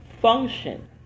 function